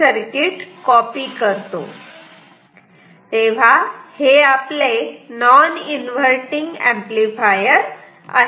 तर हे आपले नॉन इन्व्हर्टटिंग एंपलीफायर आहे